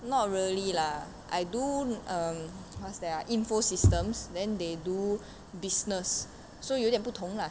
not really lah I do um what's that ah info systems then they do business so 有点不同 lah